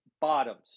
bottoms